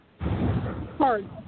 hard